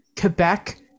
Quebec